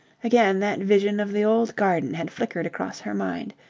again that vision of the old garden had flickered across her mind.